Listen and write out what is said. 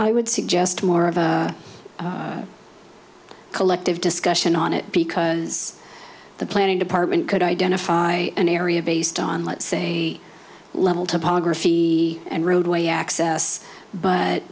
i would suggest more of a collective discussion on it because the planning department could identify an area based on let's say level topography the and roadway access but